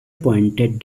appointed